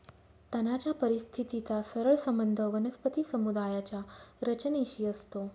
तणाच्या परिस्थितीचा सरळ संबंध वनस्पती समुदायाच्या रचनेशी असतो